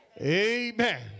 Amen